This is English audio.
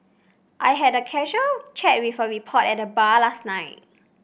I had a casual chat with a reporter at the bar last night